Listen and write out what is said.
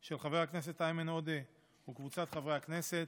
של חבר הכנסת איימן עודה וקבוצת חברי הכנסת,